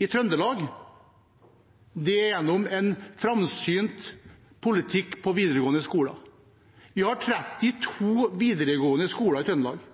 i Trøndelag, er en framsynt politikk for videregående skoler. Vi har 32 videregående skoler i Trøndelag.